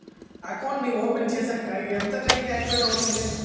Account నీ open చేశాక ఎంత టైం కి ఆక్టివేట్ అవుతుంది?